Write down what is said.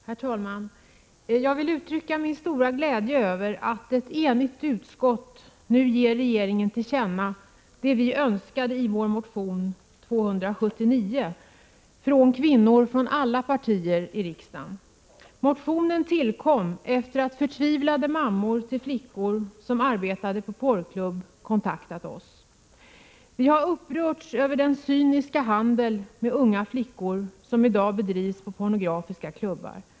Herr talman! Jag vill uttrycka min stora glädje över att ett enigt utskott nu ger regeringen till känna det som framförts i motion 279 från kvinnor från alla partier i riksdagen. Motionen tillkom efter det att förtvivlade mammor till flickor som arbetade på porrklubb kontaktat oss. Vi har upprörts över den cyniska handel med unga flickor som i dag bedrivs på pornografiska klubbar.